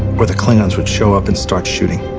or the klingons would show up and start shooting.